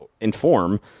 inform